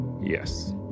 Yes